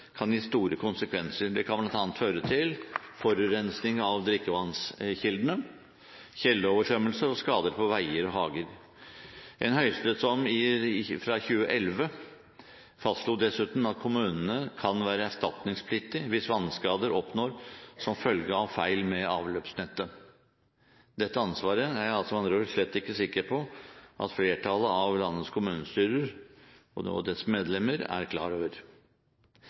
kan gi store konsekvenser. Det kan bl.a. føre til forurensning av drikkevannskildene, kildeoversvømmelser og skader på veier og hager. En høyesterettsdom fra 2011 fastslo dessuten at kommunene kan være erstatningspliktige hvis vannskader oppstår som følge av feil ved avløpsnettet. Dette ansvaret er jeg altså med andre ord slett ikke sikker på at flertallet av landets kommunestyrer og noen av deres medlemmer er klar over.